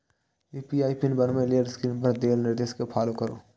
UPI pin बनबै लेल screen पर देल निर्देश कें फॉलो करू